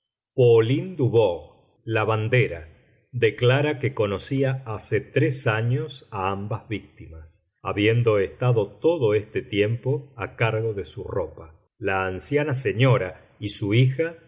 interrogatorios pauline dubourg lavandera declara que conocía hace tres años a ambas víctimas habiendo estado todo este tiempo a cargo de su ropa la anciana señora y su hija